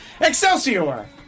Excelsior